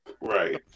Right